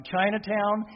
Chinatown